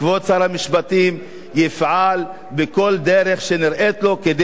כבוד שר המשפטים יפעל בכל דרך שנראית לו כדי